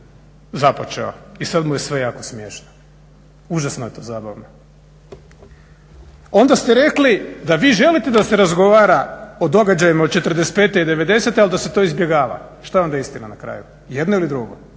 započeo i sad mu je sve jako smiješno, užasno je to zabavno. Onda ste rekli da vi želite da se razgovara o događajima od '45. i '90. ali da se to izbjegava. Što je onda istina na kraju? Jedno ili drugo?